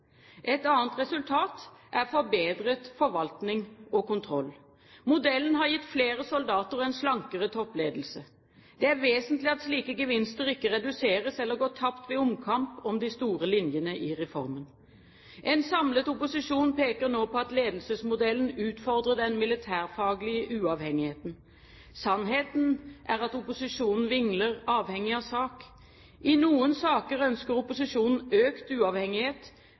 Et annet resultat er forbedret forvaltning og kontroll. Modellen har gitt flere soldater og en slankere toppledelse. Det er vesentlig at slike gevinster ikke reduseres eller går tapt ved omkamp om de store linjene i reformen. En samlet opposisjon peker nå på at ledelsesmodellen utfordrer den militærfaglige uavhengigheten. Sannheten er at opposisjonen vingler, avhengig av sak. I noen saker ønsker opposisjonen økt uavhengighet,